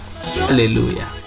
hallelujah